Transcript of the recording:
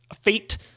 Fate